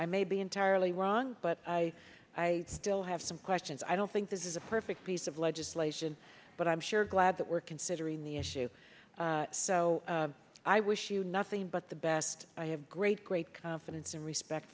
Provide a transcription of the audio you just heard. i may be entirely wrong but i i still have some questions i don't think this is a perfect piece of legislation but i'm sure glad that we're considering the issue so i wish you nothing but the best i have great great confidence and respect